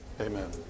Amen